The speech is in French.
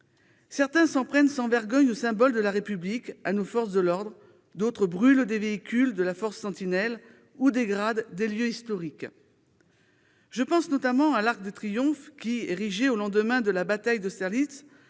le dire, s'en prennent sans vergogne aux symboles de la République, à nos forces de l'ordre, d'autres brûlent des véhicules de la force Sentinelle ou dégradent des lieux historiques. Je pense notamment à l'Arc de Triomphe, qui, érigé au lendemain de la bataille d'Austerlitz,